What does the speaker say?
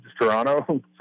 Toronto